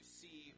see